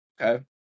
Okay